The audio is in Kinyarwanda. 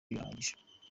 birahagije